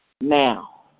now